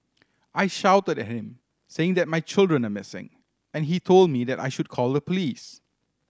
I shouted at him saying that my children are missing and he told me that I should call the police